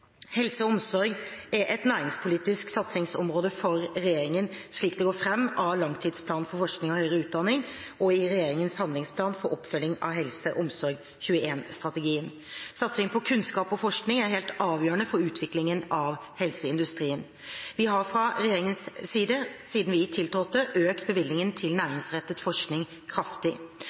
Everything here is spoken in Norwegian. Helse og omsorg er et næringspolitisk satsingsområde for regjeringen, slik det går fram av langtidsplanen for forskning og høyere utdanning og regjeringens handlingsplan for oppfølging av HelseOmsorg21-strategien. Satsing på kunnskap og forskning er helt avgjørende for utviklingen av helseindustrien. Regjeringen har siden den tiltrådte, økt bevilgningene til næringsrettet forskning kraftig.